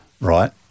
right